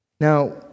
Now